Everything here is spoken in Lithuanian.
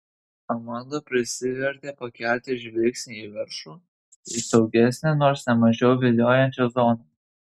amanda prisivertė pakelti žvilgsnį į viršų į saugesnę nors ne mažiau viliojančią zoną